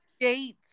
Dates